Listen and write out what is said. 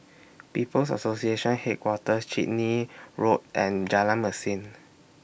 People's Association Headquarters Chitty Road and Jalan Mesin